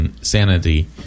sanity